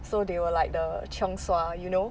so they were like the chiong sua you know